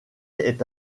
est